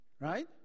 Right